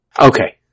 Okay